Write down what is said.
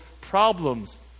problems